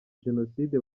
jenoside